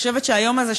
אני חושבת שהיום הזה,